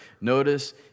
notice